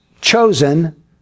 chosen